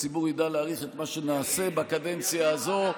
הציבור ידע להעריך את מה שנעשה בקדנציה הזו,